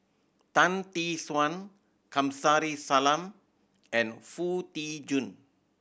Tan Tee Suan Kamsari Salam and Foo Tee Jun